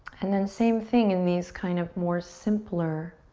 and then same thing in these kind of more simpler